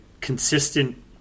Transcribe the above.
consistent